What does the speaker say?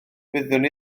wyddwn